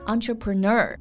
Entrepreneur